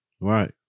Right